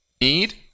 need